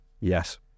Yes